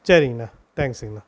சரிங்ணா தேங்க்ஸுங்ணா